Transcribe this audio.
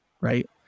Right